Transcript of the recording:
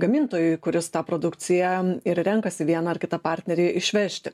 gamintojui kuris tą produkciją ir renkasi vieną ar kitą partnerį išvežti